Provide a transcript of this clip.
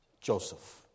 Joseph